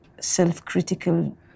self-critical